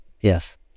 Yes